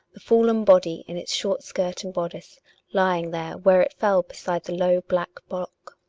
the fallen body, in its short skirt and bodice lying there where it fell beside the low, black block.